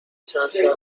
چند